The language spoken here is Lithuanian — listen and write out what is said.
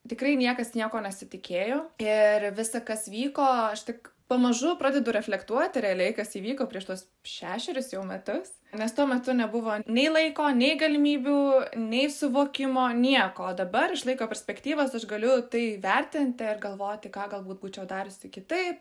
tikrai niekas nieko nesitikėjo ir visa kas vyko aš tik pamažu pradedu reflektuoti realiai kas įvyko prieš tuos šešerius jau metus nes tuo metu nebuvo nei laiko nei galimybių nei suvokimo nieko dabar iš laiko perspektyvos aš galiu tai įvertinti ar galvoti ką galbūt būčiau dariusi kitaip